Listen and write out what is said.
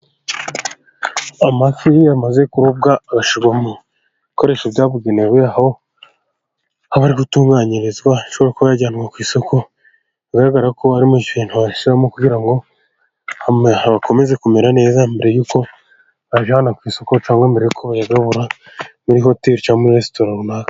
Amafi yamaze kurobwa, agashyirwa mu bikoresho byabugenewe, aho aba ari gutunganyirizwa, ashobora kuba yajyanwa ku isoko. Bigaragara ko ari mu kintu bayashyiramo kugira ngo akomeze kumera neza. Mbere y'uko bayajyana ku isoko , cyangwa mbere yo kuyagabura muri hoteri cyangwa muri resitora runaka.